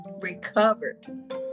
recovered